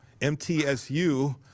MTSU